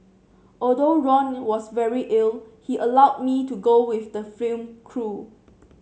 although Ron was very ill he allowed me to go with the film crew